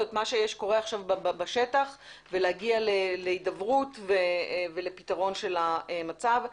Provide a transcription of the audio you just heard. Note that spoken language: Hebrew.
את מה שקורה עכשיו בשטח ולהגיע להידברות ולפתרון של המצב.